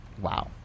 wow